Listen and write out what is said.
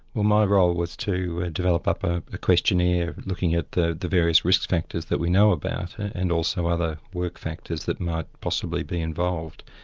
well my role was to develop up a questionnaire looking at the the various risk factors that we know about and and also other work factors that might possibly be involved.